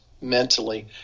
mentally